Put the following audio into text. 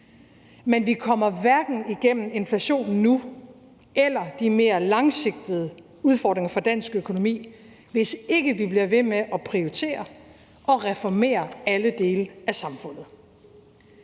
Men vi kommer hverken igennem inflationen nu eller de mere langsigtede udfordringer for dansk økonomi, hvis ikke vi bliver ved med at prioritere og reformere alle dele af samfundet.